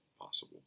possible